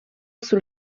sul